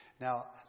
Now